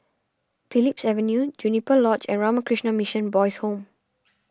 Phillips Avenue Juniper Lodge and Ramakrishna Mission Boys' Home